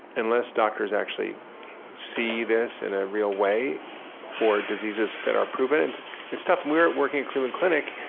unless doctors actually see this in a real way for diseases that are proven, it's it's tough we're working at cleveland clinic,